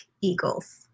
eagles